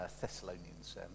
Thessalonians